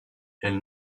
elle